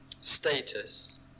status